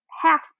half